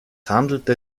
handelte